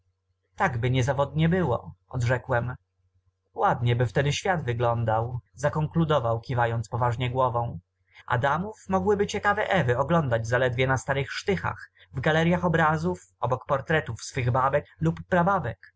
takby niezawodnie było odrzekłem ładnieby wtedy świat wyglądał zakonkludował kiwając poważnie głową adamów mogłyby ciekawe ewy oglądać zaledwie na starych sztychach w galeryach obrazów obok portretów swych babek lub prababek